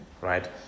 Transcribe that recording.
right